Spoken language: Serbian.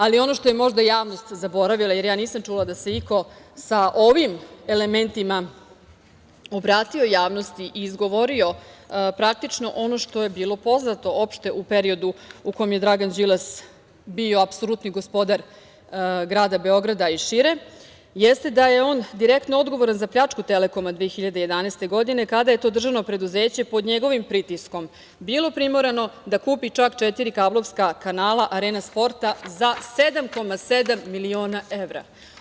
Ali, ono što je možda javnost zaboravila, jer ja nisam čula da se iko sa ovim elementima obratio javnosti i izgovorio ono što je bilo poznato opšte u periodu u kome je Dragan Đilas bio apsolutni gospodar grada Beograda i šire, jeste da je on direktno odgovoran za pljačku „Telekoma“ 2011. godine, kada je to državno preduzeće pod njegovim pritiskom bilo primorano da kupi čak četiri kablovska kanala „Arena sporta“ za 7,7 miliona evra.